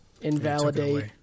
invalidate